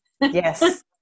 Yes